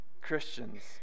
Christians